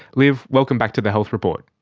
liv, welcome back to the health report.